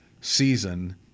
season